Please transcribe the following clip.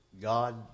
God